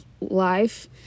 life